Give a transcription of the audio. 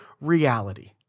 reality